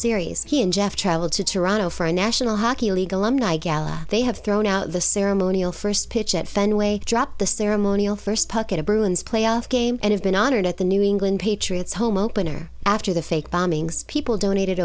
series he and jeff travelled to toronto for a national hockey league alumni gala they have thrown out the ceremonial first pitch at fenway drop the ceremonial first puck at a bruins playoff game and have been honored at the new england patriots home opener after the fake bombings people donated